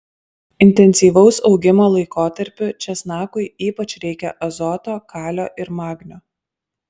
intensyvaus augimo laikotarpiu česnakui ypač reikia azoto kalio ir magnio